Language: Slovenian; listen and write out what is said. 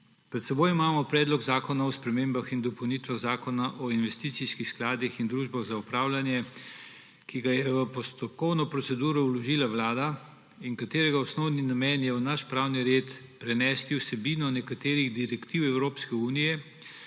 Pred seboj imamo Predlog zakona o spremembah in dopolnitvah Zakona o investicijskih skladih in družbah za upravljanje, ki ga je v postopkovno proceduro vložila Vlada in katerega osnovni namen je v naš pravni red prenesti vsebino nekaterih direktiv Evropske unije,